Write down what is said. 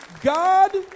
god